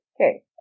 Okay